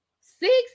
Six